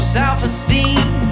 self-esteem